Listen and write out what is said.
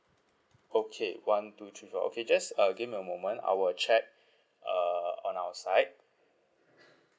okay one two three four okay just uh give me a moment I will check uh on our side